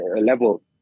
level